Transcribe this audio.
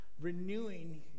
Renewing